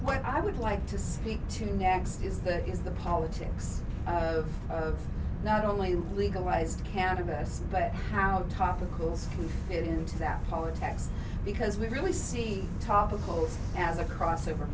what i would like to speak to next is that is the politics of not only legalized cannabis but how topical is it is that our attacks because we really see topical as a crossover